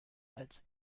als